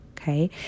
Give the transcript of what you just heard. Okay